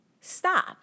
stop